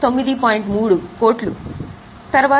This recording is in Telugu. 3 అప్పుడు 10 కోట్లు ఇప్పుడు 9